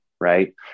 right